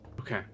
Okay